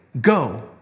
go